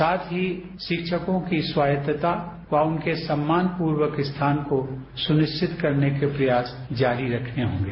साथ ही शिक्षकों की स्वायत्ता व उनके सम्मानपूर्वक स्थान को सुनिश्चित करने के प्रयास जारी रखने होंगे